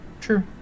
True